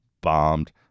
bombed